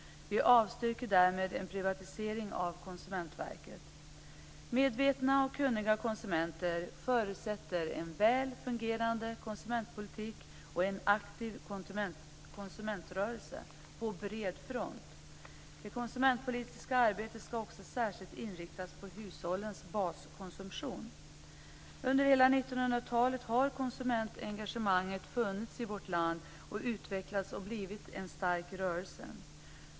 Vi avstyrker därmed en privatisering av Konsumentverket. Medvetna och kunniga konsumenter förutsätter en väl fungerande konsumentpolitik och en aktiv konsumentrörelse på bred front. Det konsumentpolitiska arbetet skall också särskilt inriktas på hushållens baskonsumtion. Under hela 1900-talet har konsumentengagemanget funnits i vårt land och utvecklats till en stark rörelse.